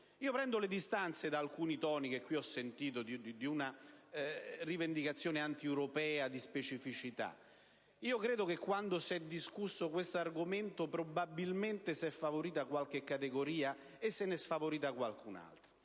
Prendo le distanze da alcuni toni, che qui ho ascoltato, di una rivendicazione antieuropea di specificità. Credo che, quando si è discusso questo argomento, probabilmente si è favorita qualche categoria e se ne è sfavorita qualche altra,